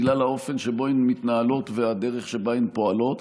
בגלל האופן שבו הן מתנהלות והדרך שבה הן פועלות.